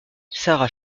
sarah